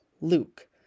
Luke